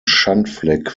schandfleck